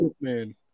man